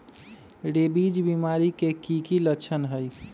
rabies बीमारी के कि कि लच्छन हई